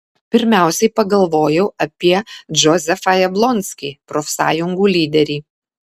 pirmiausiai pagalvojau apie džozefą jablonskį profsąjungų lyderį